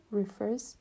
refers